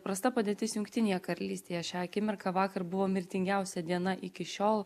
prasta padėtis jungtinėje karalystėje šią akimirką vakar buvo mirtingiausia diena iki šiol